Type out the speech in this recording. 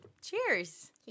Cheers